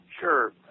Sure